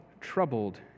troubled